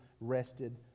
rested